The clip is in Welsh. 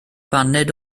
baned